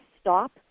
stop